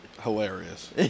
Hilarious